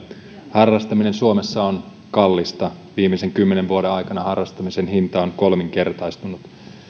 harrastaminen suomessa on kallista viimeisen kymmenen vuoden aikana harrastamisen hinta on kolminkertaistunut